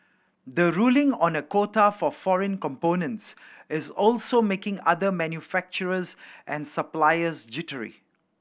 the ruling on a quota for foreign components is also making other manufacturers and suppliers jittery